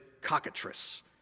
cockatrice